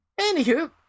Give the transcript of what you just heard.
Anywho